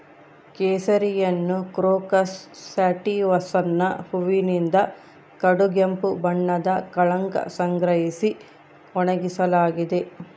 ಕೇಸರಿಯನ್ನುಕ್ರೋಕಸ್ ಸ್ಯಾಟಿವಸ್ನ ಹೂವಿನಿಂದ ಕಡುಗೆಂಪು ಬಣ್ಣದ ಕಳಂಕ ಸಂಗ್ರಹಿಸಿ ಒಣಗಿಸಲಾಗಿದೆ